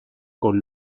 con